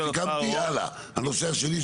הלאה, הנושא השני.